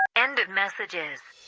end of messages